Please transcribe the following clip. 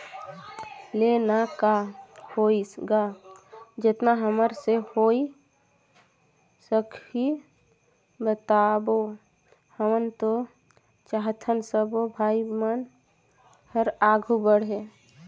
ले ना का होइस गा जेतना हमर से होय सकही बताबो हमन तो चाहथन सबो भाई मन हर आघू बढ़े